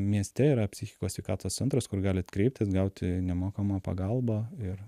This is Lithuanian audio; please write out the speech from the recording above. mieste yra psichikos sveikatos centras kur galit kreiptis gauti nemokamą pagalbą ir